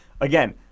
again